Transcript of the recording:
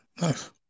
Nice